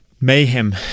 mayhem